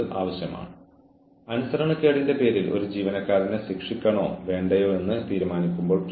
ജോലിക്കാരൻ അവൾ അല്ലെങ്കിൽ അവൻ ചെയ്തതെന്തായാലും നിങ്ങൾ ജീവനക്കാരനെ വിളിക്കുക അവരെ ഉപദേശിക്കുക